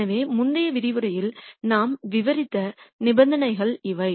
எனவே முந்தைய விரிவுரையில் நாம் விவரித்த நிபந்தனைகள் இவை